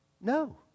No